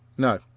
No